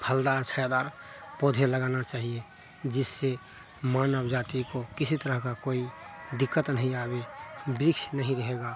फलदार छायादार पौधे लगाना चाहिए जिससे मानव जाति को किसी तरह की कोई दिक्कत नहीं आए वृक्ष नहीं रहेगा